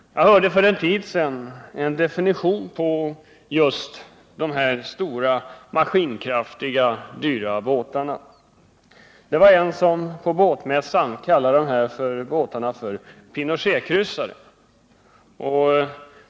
Jag hörde för en tid sedan en definition på just dessa stora, maskinkraftiga och dyra båtar. Det var en som på båtmässan kallade dessa båtar för Pinochetkryssare.